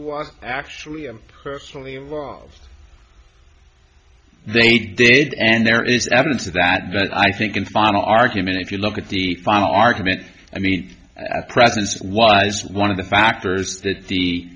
was actually in personally involved they did and there is evidence of that but i think in final argument if you look at the final argument i meet presence was one of the factors that the